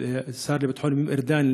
של השר לביטחון פנים ארדן,